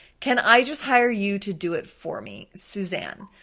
can i just hire you to do it for me? suzanne.